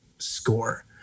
score